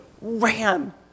ran